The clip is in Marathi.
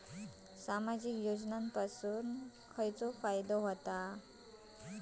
सामाजिक योजनांपासून काय फायदो जाता?